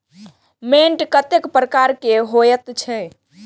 मैंट कतेक प्रकार के होयत छै?